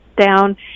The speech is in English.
down